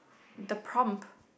the prompt